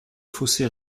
fossé